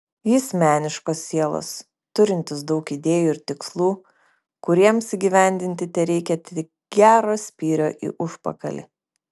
jis meniškos sielos turintis daug idėjų ir tikslų kuriems įgyvendinti tereikia tik gero spyrio į užpakalį